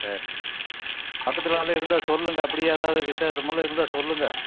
சரி பக்கத்துலெலாம் இருந்தால் சொல்லுங்க அப்படியே எதாவது விசேஷமெல்லாம் இருந்தால் சொல்லுங்க